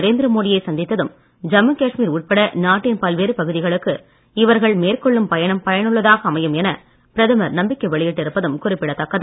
நரேந்திர மோடியை சந்தித்ததும் ஜம்மு காஷ்மீர் உட்பட நாட்டின் பல்வேறு பகுதிகளுக்கு இவர்கள் மேற்கொள்ளும் பயணம் பயனுள்ளதாக அமையும் என பிரதமர் நம்பிக்கை வெளியிட்டு இருப்பதும் குறிப்பிடத்தக்கது